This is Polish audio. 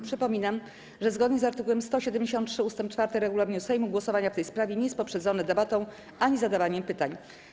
Przypominam, że zgodnie z art. 173 ust. 4 regulaminu Sejmu głosowanie w tej sprawie nie jest poprzedzone debatą ani zadawaniem pytań.